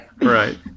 Right